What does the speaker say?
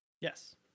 Yes